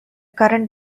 current